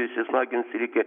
įsismagins ir iki